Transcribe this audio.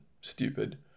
stupid